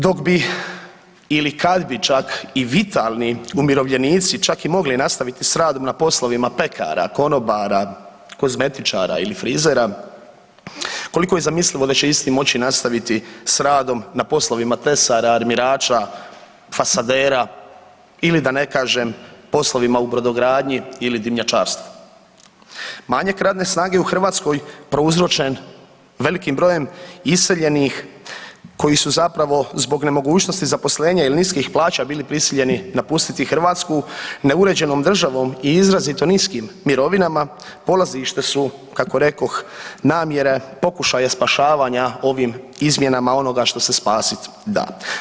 Dok bi ili kad bi čak i vitalni umirovljenici čak i mogli nastaviti s radom na poslovima pekara, konobara, kozmetičara ili frizera koliko je zamislivo da će isti moći nastaviti s radom na poslovima tesara, armirača, fasadera ili da ne kažem poslovima u brodogradnji ili dimnjačarstvu, manjak radne snage u Hrvatskoj prouzročen velikim brojem iseljenih koji su zapravo zbog nemogućnosti zaposlenja ili niskih plaća bili prisiljeni napustiti Hrvatsku neuređenom državom i izrazito niskim mirovinama polazišta su kako rekoh namjere pokušaja spašavanja ovim izmjenama ono što se spasiti da.